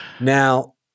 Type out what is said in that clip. Now